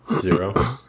zero